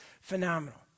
phenomenal